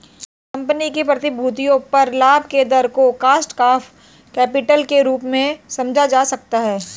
company की प्रतिभूतियों पर लाभ के दर को कॉस्ट ऑफ कैपिटल के रूप में समझा जा सकता है